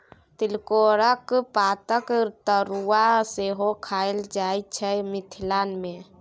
तिलकोराक पातक तरुआ सेहो खएल जाइ छै मिथिला मे